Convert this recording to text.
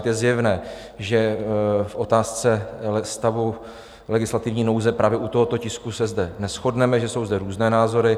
Je zjevné, že v otázce stavu legislativní nouze právě u tohoto tisku se zde neshodneme, že jsou zde různé názory.